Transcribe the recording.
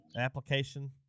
application